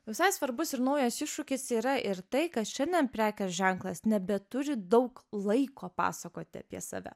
visai svarbus ir naujas iššūkis yra ir tai kad šiandien prekės ženklas nebeturi daug laiko pasakoti apie save